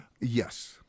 Yes